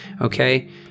Okay